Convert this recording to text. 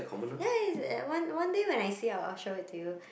ya it's at one one one day when I see it I'll show it to you